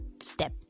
step